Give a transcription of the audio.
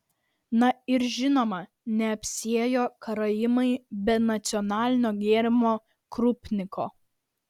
na ir žinoma neapsiėjo karaimai be nacionalinio gėrimo krupniko